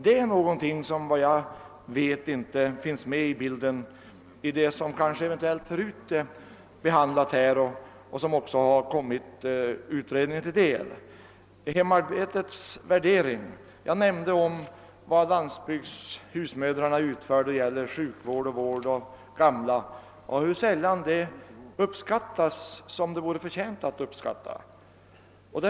Detta är någonting som såvitt jag vet inte hör till de saker som redan behandlats. Jag nämnde att landsbygdshusmödrarna ofta ägnar sig åt sjukvård och vård av gamla, och det är sällan detta arbete uppskattas så som det förtjänar.